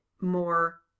more